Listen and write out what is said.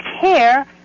care